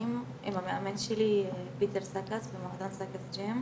שנתיים עם המאמן שלי פיטר סקארס במועדון סקרס ג'אם.